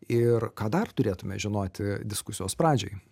ir ką dar turėtume žinoti diskusijos pradžioj